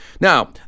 Now